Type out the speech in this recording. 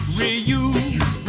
reuse